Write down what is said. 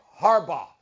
Harbaugh